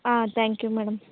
ah thank you madam